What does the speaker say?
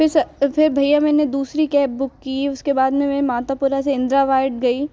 फिर से फिर भैया मैंने दूसरी कैब बुक की उसके बाद में मैं मातापुरा से इंद्रावार्ड गई